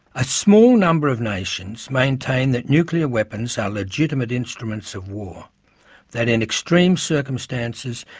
a small number of nations maintain that nuclear weapons are legitimate instruments of war that, in extreme circumstances,